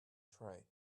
tray